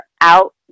out